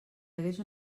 hagués